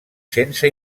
sense